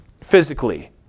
physically